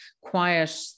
quiet